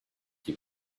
you